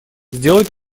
сделать